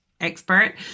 expert